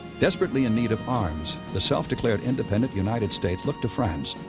desperately in need of arms, the self-declared independent united states looked to france.